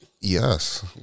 Yes